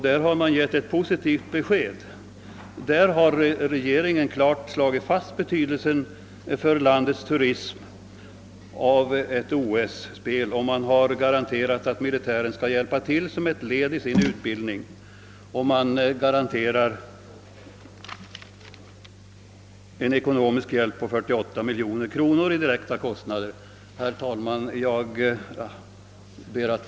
Där har man givit ett positivt besked. Regeringen har klart slagit fast betydelsen för landets turism av ett OS. Den har utlovat att militären skall hjälpa till som ett led i sin utbildning, och den garanterar en ekonomisk hjälp på 48 miljoner kronor för direkta kostnader. Herr talman!